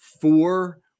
four